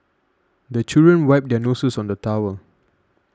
the children wipe their noses on the towel